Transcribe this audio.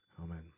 amen